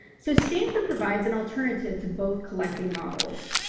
so stanford provides an alternative to both collecting models.